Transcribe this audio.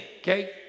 okay